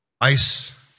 ice